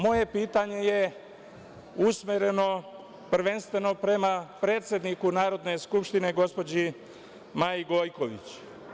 Moje pitanje je usmereno prvenstveno prema predsedniku Narodne skupštine gospođi Maji Gojković.